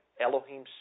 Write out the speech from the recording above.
Elohim